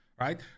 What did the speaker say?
right